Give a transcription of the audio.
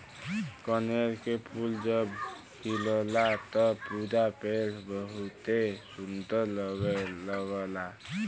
कनेर के फूल जब खिलला त पूरा पेड़ बहुते सुंदर लगला